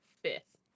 fifth